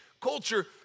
culture